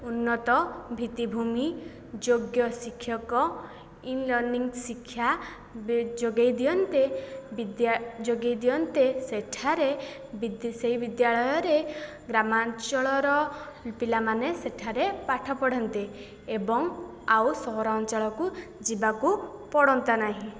ଉନ୍ନତ ଭିତ୍ତିଭୂମି ଯୋଗ୍ୟ ଶିକ୍ଷକ ଇଲର୍ଣ୍ଣିଙ୍ଗ ଶିକ୍ଷା ଯୋଗାଇଦିଅନ୍ତେ ବିଦ୍ୟା ଯୋଗାଇଦିଅନ୍ତେ ସେଠାରେ ସେହି ବିଦ୍ୟାଳୟରେ ଗ୍ରାମାଞ୍ଚଳର ପିଲାମାନେ ସେଠାରେ ପାଠପଢ଼ନ୍ତେ ଏବଂ ଆଉ ସହରାଞ୍ଚଳକୁ ଯିବାକୁ ପଡ଼ନ୍ତା ନାହିଁ